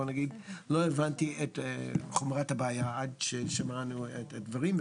הבנתי את חומרת הבעיה עד ששמענו את הדברים,